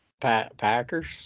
Packers